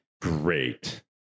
great